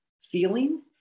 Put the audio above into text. feeling